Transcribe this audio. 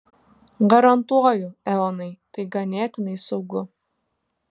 garantuoju eonai tai ganėtinai saugu